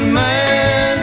man